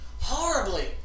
Horribly